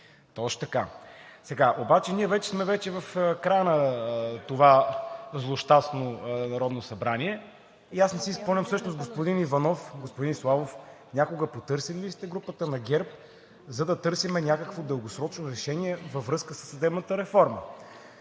Точно така. Ние вече сме в края на това злощастно Народно събрание и аз не си спомням всъщност, господин Иванов, господин Славов, някога потърсили ли сте групата на ГЕРБ, за да търсим някакво дългосрочно решение във връзка със съдебната реформа?